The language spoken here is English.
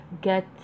get